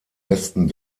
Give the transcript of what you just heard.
westen